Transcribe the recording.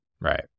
Right